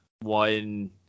one